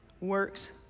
works